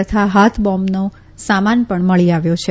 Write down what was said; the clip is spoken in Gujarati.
તથા હાથ બોંબનો સામાન પણ મળી આવ્યો છે